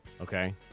Okay